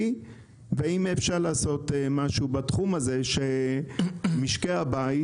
ואם אפשר לעשות משהו בתחום הזה שמשקי הבית,